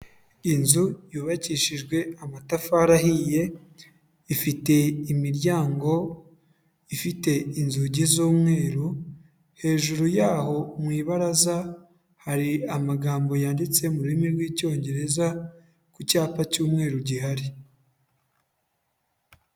Inzu yubakishijwe amatafari ahiye, ifite imiryango ifite inzugi z'umweru, hejuru yaho mu ibaraza hari amagambo yanditse mu rurimi rw'icyongereza, ku cyapa cy'umweru gihari.